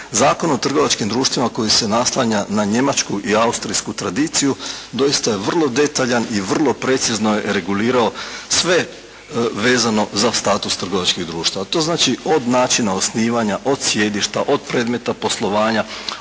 Zakon o trgovačkim društvima koji se naslanja na njemačku i austrijsku tradiciju doista je vrlo detaljan i vrlo je precizno regulirao sve vezano za status trgovačkih društva. To znači od načina osnivanja, od sjedišta, od predmeta poslovanja,